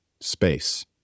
space